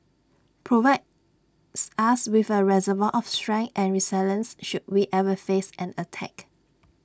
provides us with A reservoir of strength and resilience should we ever face an attack